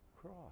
cross